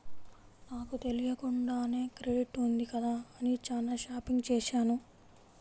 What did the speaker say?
నాకు తెలియకుండానే క్రెడిట్ ఉంది కదా అని చానా షాపింగ్ చేశాను